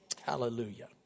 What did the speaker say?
Hallelujah